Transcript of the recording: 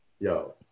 Yo